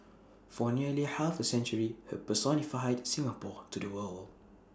for nearly half A century he personified high Singapore to the world